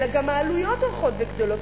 אלא גם העלויות הולכות וגדלות.